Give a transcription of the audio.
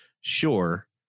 sure